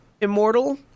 immortal